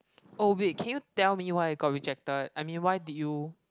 oh wait can you tell me why I got rejected I mean why did you